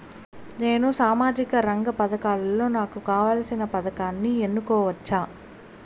నేను సామాజిక రంగ పథకాలలో నాకు కావాల్సిన పథకాన్ని ఎన్నుకోవచ్చా?